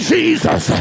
Jesus